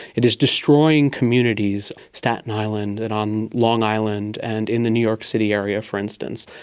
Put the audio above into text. it is destroying communities, staten island and on long island and in the new york city area for instance.